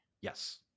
Yes